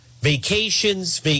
vacations